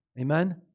amen